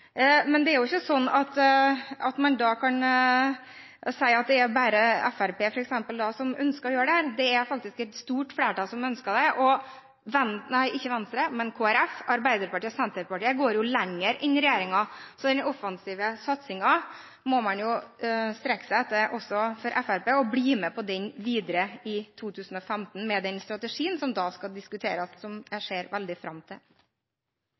Men da kan man ikke si at det bare er Fremskrittspartiet, f.eks., som ønsker å gjøre dette, det er faktisk et stort flertall som ønsker det. Kristelig Folkeparti, Arbeiderpartiet og Senterpartiet går jo lenger enn regjeringen, så den offensive satsingen må også Fremskrittspartiet strekke seg etter og bli med på videre i 2015, med den strategien som da skal diskuteres, og som jeg ser fram til.